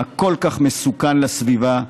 הכל-כך מסוכן לסביבה,